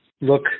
look